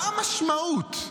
מה המשמעות?